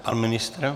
Pan ministr?